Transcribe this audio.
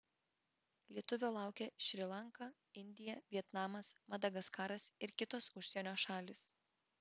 lietuvio laukia šri lanka indija vietnamas madagaskaras ir kitos užsienio šalys